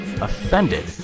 offended